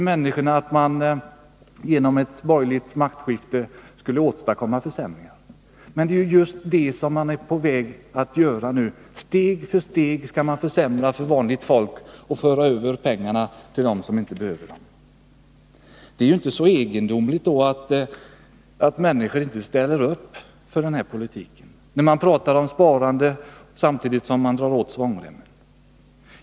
Människorna trodde inte att ett borgerligt maktövertagande skulle innebära försämringar. Men det regeringen är på väg att göra nu är just att steg för steg försämra för vanligt folk och föra över pengarna till dem som inte behöver dem. Det är inte så egendomligt då att människor inte ställer upp för den här politiken. Regeringen talar om sparande och drar samtidigt åt svångremmen.